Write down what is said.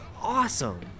awesome